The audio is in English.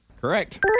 Correct